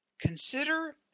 Consider